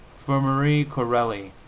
for marie corelli,